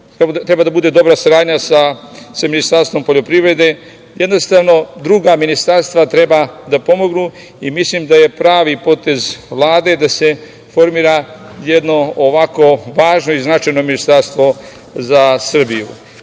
treba da bude dobra saradnja sa Ministarstvom poljoprivrede. Jednostavno, druga ministarstva treba da pomognu i mislim da je pravi potez Vlade da se formira jedno ovako važno i značajno ministarstvo za Srbiju. Treće